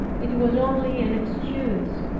it was only an excuse,